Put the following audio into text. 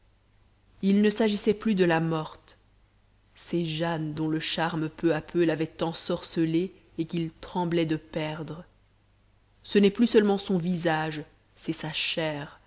il ne s'agissait plus de la morte c'est jane dont le charme peu à peu l'avait ensorcelé et qu'il tremblait de perdre ce n'est plus seulement son visage c'est sa chair